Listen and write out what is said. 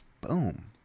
Boom